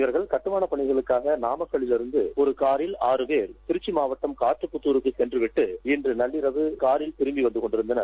இவர்கள் கட்டுமானப் பணிவுக்காக நாமக்கல்விலிருந்து ஒரு காரில் ஆறு பேர் திருச்சி மாவட்டம் காட்டுப்புத்தாருக்கு சென்றவிட்டுஇன்று நள்ளிரவில் திரும்பி வந்தக கொண்டிருந்தனர்